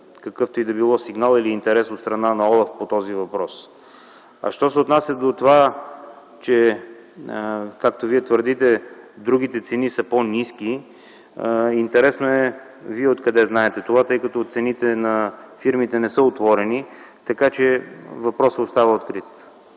какъвто и да било сигнал или интерес от страна на ОЛАФ по този въпрос. Що се отнася до това, както Вие твърдите, че другите цени са по-ниски, интересно е Вие откъде знаете това, тъй като цените на фирмите не са отворени, така че въпросът остава открит.